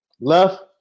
Left